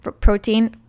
protein